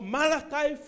Malachi